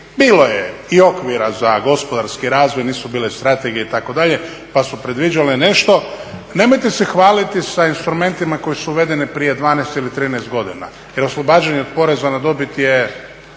bilo je i okvira za gospodarski razvoj, nisu bile strategije itd. pa su predviđale nešto. Nemojte se hvaliti sa instrumentima koji su uvedeni prije 12 ili 13 godina, jer oslobađanja od poreza na dobit je